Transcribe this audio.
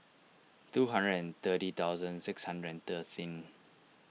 two hundred and thirty thousand six hundred and thirteen